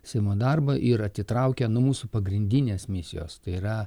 seimo darbą ir atitraukia nuo mūsų pagrindinės misijos tai yra